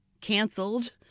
canceled